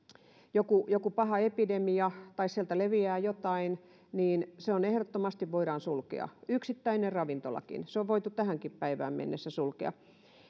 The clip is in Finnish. joku joku paha epidemia tai sieltä leviää jotain niin se ehdottomasti voidaan sulkea yksittäinen ravintolakin se on voitu tähänkin päivään mennessä sulkea